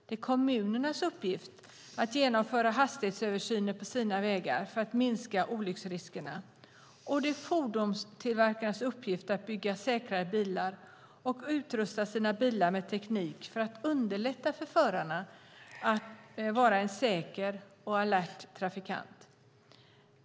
Det är kommunernas uppgift att genomföra hastighetsöversyner på sina vägar för att minska olycksriskerna. Det är fordonstillverkarnas uppgift att bygga säkrare bilar och utrusta sina bilar med teknik för att underlätta för föraren att vara en säker och alert trafikant.